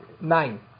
nine